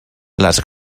les